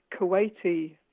Kuwaiti